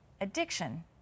addiction